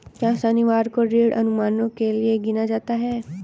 क्या शनिवार को ऋण अनुमानों के लिए गिना जाता है?